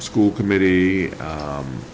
the school committee